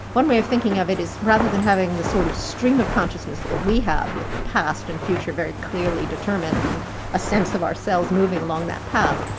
one way of thinking of it is rather than having the sort of stream of consciousness that we have with the past, and the future, very clearly determined and a sense of ourselves moving along that path.